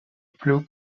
blue